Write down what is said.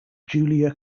julia